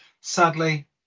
sadly